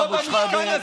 מה, הוא רציני בדבר